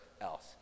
else